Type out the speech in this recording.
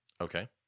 okay